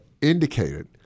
indicated